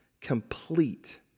complete